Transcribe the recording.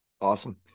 Awesome